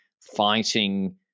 fighting